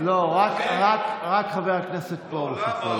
רק חבר הכנסת פרוש יכול,